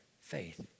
faith